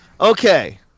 Okay